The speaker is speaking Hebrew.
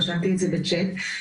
רשמתי את זה בצ'אט.